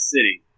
City